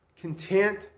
content